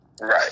right